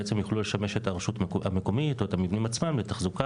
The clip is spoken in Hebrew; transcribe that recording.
בעצם יוכלו לשמש את הרשות המקומית או את המבנים עצמם לתחזוקה,